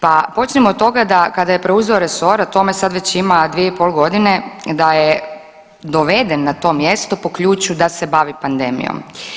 Pa počnimo od toga da kada je preuzeo resor, a tome sad već ima 2,5 godine da je doveden na to mjesto po ključu da se bavi pandemijom.